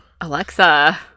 Alexa